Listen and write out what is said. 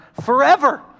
forever